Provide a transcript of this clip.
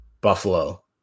Buffalo